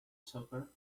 sucker